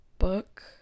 book